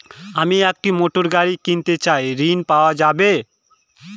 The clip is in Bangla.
আমি একটি মোটরগাড়ি কিনতে চাই ঝণ পাওয়া যাবে?